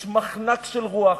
יש מחנק של רוח,